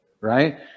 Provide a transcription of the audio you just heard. right